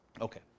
Okay